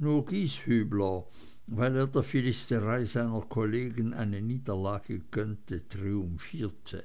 nur gieshübler weil er der philisterei seiner kollegen eine niederlage gönnte triumphierte